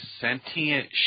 sentient